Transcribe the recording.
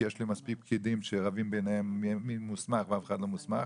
כי יש לי מספיק פקידים שרבים ביניהם מי מוסמך ואף אחד לא מוסמך,